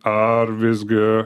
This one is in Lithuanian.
ar visgi